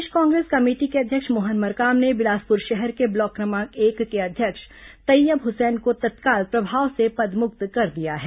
प्रदेश Congress committee के अध्यक्ष मोहन मरकाम ने बिलासपुर शहर के ब्लॉक क्रमांक एक के अध्यक्ष तैय्यब हुसैन को तत्काल प्रभाव से पदमुक्त कर दिया है